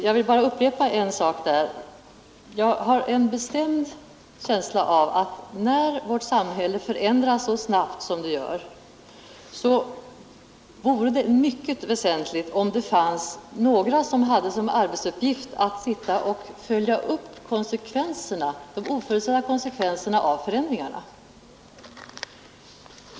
Jag vill bara upprepa en sak, nämligen att jag anser att när vårt samhälle förändras så snabbt som sker, vore det mycket väsentligt om det fanns några som hade som arbetsuppgift att följa upp de oförutsedda konsekvenserna av förändringarna.